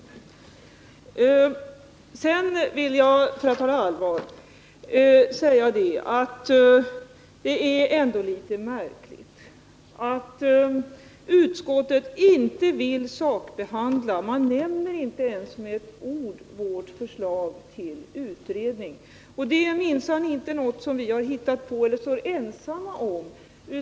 É Sedan vill jag, för att tala allvar, säga att det ändå är litet märkligt att utskottet inte vill sakbehandla vårt förslag till utredning. Man nämner det inte ens med ett ord. Det här är minsann inte något som vi står ensamma bakom.